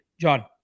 John